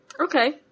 Okay